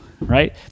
right